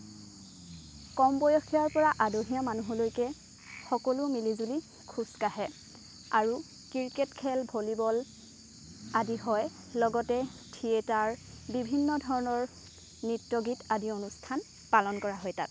কমবয়সীয়াৰ পৰা আদহীয়া মানুহৰলৈকে সকলো মিলি জুলি খোজ কাঢ়ে আৰু ক্ৰিকেট খেল ভলীবল আদি হয় লগতে থিয়েটাৰ বিভিন্ন ধৰণৰ নৃত্য গীত আদি অনুষ্ঠান পালন কৰা হয়